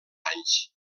anys